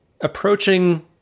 approaching